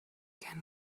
then